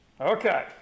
Okay